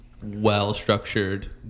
well-structured